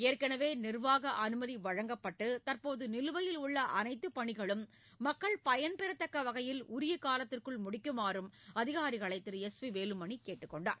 ஏற்கனவே நிர்வாக அனுமதி வழங்கப்பட்டு தற்போது நிலுவையில் உள்ள அனைத்துப் பணிகளும் மக்கள் பயன்பெறத்தக்க வகையில் உரிய காலத்திற்குள் முடிக்குமாறு அதிகாரிகளை திரு எஸ் பி வேலுமணி கேட்டுக்கொண்டார்